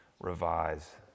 revise